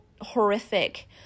horrific